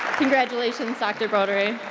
congratulations, dr. bodary.